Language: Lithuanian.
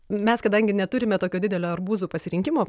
mes kadangi neturime tokio didelio arbūzų pasirinkimo